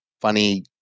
funny